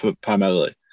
primarily